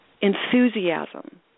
Enthusiasm